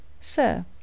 Sir